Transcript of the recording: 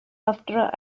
after